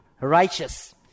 righteous